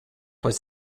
was